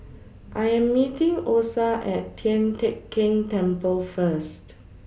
I Am meeting Osa At Tian Teck Keng Temple First